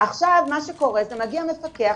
מה שקורה הוא שמגיע מפקח,